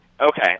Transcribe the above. Okay